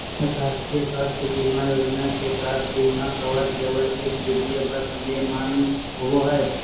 राष्ट्रीय स्वास्थ्य बीमा योजना के तहत बीमा कवर केवल एक वित्तीय वर्ष ले मान्य होबो हय